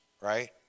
right